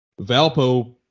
Valpo